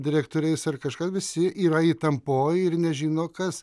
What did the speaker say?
direktoriais ar kažkas visi yra įtampoj ir nežino kas